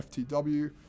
FTW